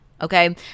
okay